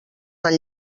tan